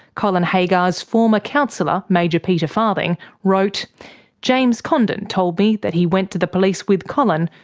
colin haggar's former counsellor major peter farthing wrote james condon told me that he went to the police with colin,